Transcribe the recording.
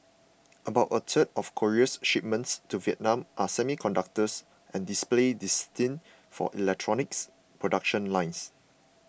about a third of Korea's shipments to Vietnam are semiconductors and displays destined for electronics production lines